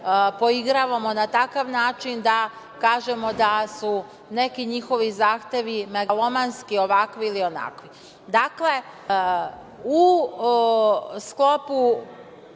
poigravamo na takav način da kažemo da su neki njihovi zahtevi megalomanski, ovakvi ili onakvi. Dakle, u sklopu,